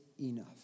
enough